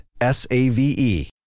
S-A-V-E